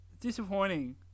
Disappointing